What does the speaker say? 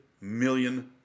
million